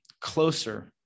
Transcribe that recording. closer